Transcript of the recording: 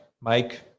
Mike